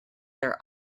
their